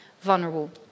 vulnerable